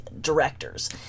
directors